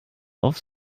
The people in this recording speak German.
auf